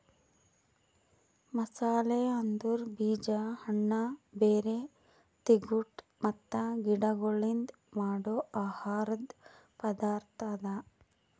ಮಸಾಲೆ ಅಂದುರ್ ಬೀಜ, ಹಣ್ಣ, ಬೇರ್, ತಿಗೊಟ್ ಮತ್ತ ಗಿಡಗೊಳ್ಲಿಂದ್ ಮಾಡೋ ಆಹಾರದ್ ಪದಾರ್ಥ ಅದಾ